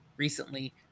Recently